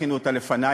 הכינו אותה לפני,